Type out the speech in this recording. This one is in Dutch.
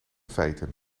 feiten